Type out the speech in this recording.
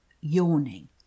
yawning